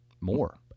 more